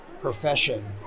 profession